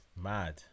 Mad